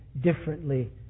differently